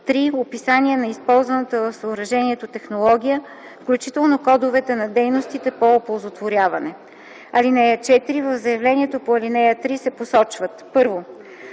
3. описание на използваната в съоръжението технология, включително кодовете на дейностите по оползотворяване. (4) В заявлението по ал. 3 се посочват: